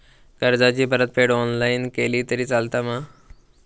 कर्जाची परतफेड ऑनलाइन केली तरी चलता मा?